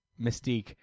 Mystique